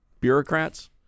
Bureaucrats